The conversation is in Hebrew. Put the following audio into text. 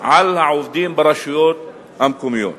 על העובדים ברשויות המקומיות.